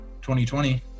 2020